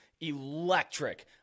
electric